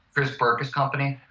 chris berka's company.